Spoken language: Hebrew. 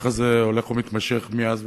הצעות שמספרן 120, 140, 144